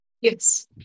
Yes